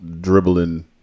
dribbling